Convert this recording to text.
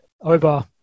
over